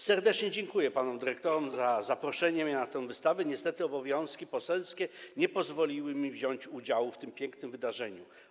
Serdecznie dziękuję panom dyrektorom za zaproszenie mnie na tę wystawę, niestety obowiązki poselskie nie pozwoliły mi wziąć udziału w tym pięknym wydarzeniu.